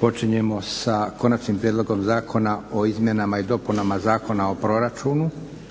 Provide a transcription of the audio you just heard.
Počinjemo sa - Konačni prijedlog Zakona o izmjenama i dopunama Zakona o proračunu,